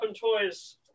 toys